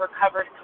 Recovered